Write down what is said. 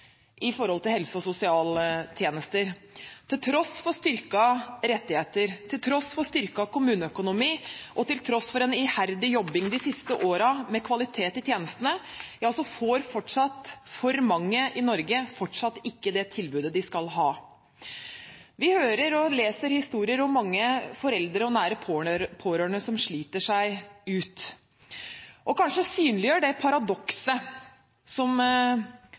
i helse- og sosialtjenestene. Til tross for styrkede rettigheter, til tross for en styrket kommuneøkonomi og til tross for en iherdig jobbing de siste årene med kvalitet i tjenestene, er det mange i Norge som fortsatt ikke får det tilbudet de skal ha. Vi hører og leser historier om mange foreldre og nære pårørende som sliter seg ut. Kanskje synliggjør det paradokset